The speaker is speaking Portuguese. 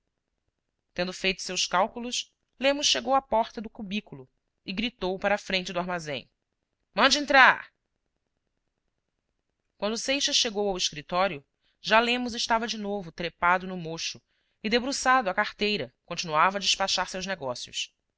tendo feito seus cálculos lemos chegou à porta do cubí culo e gritou para a frente do armazém mande entrar quando seixas chegou ao escritório já lemos estava de novo trepado no mocho e debruçado à carteira continuava a despachar seus negócios